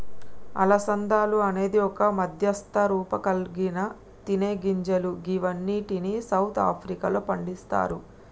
అలసందలు అనేది ఒక మధ్యస్థ రూపంకల్గిన తినేగింజలు గివ్విటిని సౌత్ ఆఫ్రికాలో పండిస్తరు